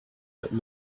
but